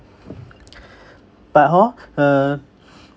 but hor uh